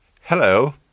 hello